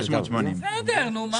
680. בסדר, נו מה?